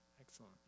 excellent